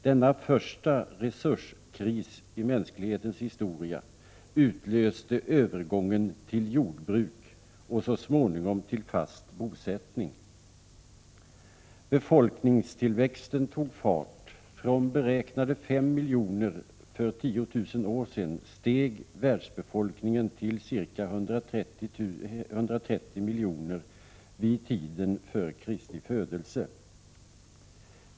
Denna första resurskris i mänsklighetens historia utlöste övergången till jordbruk och så småningom till fast bosättning. Befolkningstillväxten tog fart. Från beräknade 5 miljoner för 10 000 år sedan steg världsbefolkningen till ca 130 miljoner vid tiden för Kristi födelse.